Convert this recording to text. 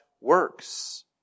works